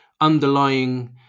underlying